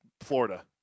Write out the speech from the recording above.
Florida